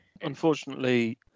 Unfortunately